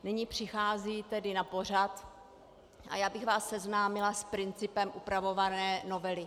Nyní přichází tedy na pořad a já bych vás seznámila s principem upravované novely.